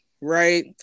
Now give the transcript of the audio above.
right